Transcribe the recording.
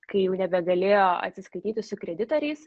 kai jau nebegalėjo atsiskaityti su kreditoriais